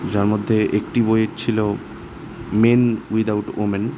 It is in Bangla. যার মধ্যে একটি বই ছিলো মেন উইদআউট উওমেন